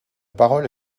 parole